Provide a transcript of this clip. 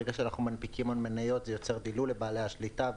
ברגע שאנחנו מנפיקים מניות זה יוצר דילול לבעלי השליטה.